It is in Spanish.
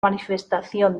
manifestación